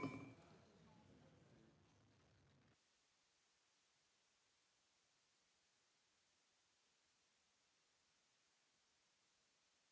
Merci